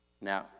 Now